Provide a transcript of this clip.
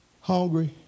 Hungry